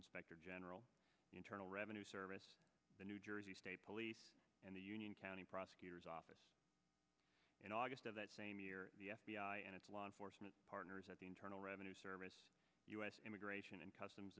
inspector general internal revenue service the new jersey state police and the union county prosecutor's office in august of that same year the f b i and its law enforcement partners at the internal revenue service u s immigration and customs